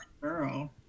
girl